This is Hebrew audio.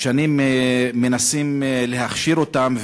שנים מנסים להכשיר אותם.